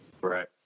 Right